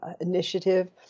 initiative